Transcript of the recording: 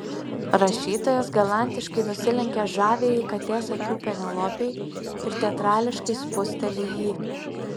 rašytojas galantiškai nusilenkia žaviajai katės akių penelopei ir teatrališkai spusteli jį